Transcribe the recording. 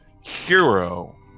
hero